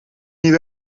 niet